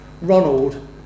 Ronald